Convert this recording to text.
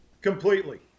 Completely